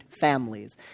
families